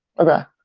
okay.